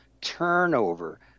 turnover